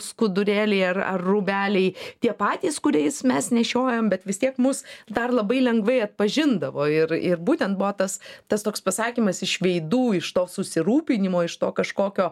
skudurėliai ar ar rūbeliai tie patys kuriais mes nešiojam bet vis tiek mus dar labai lengvai atpažindavo ir ir būtent buvo tas tas toks pasakymas iš veidų iš to susirūpinimo iš to kažkokio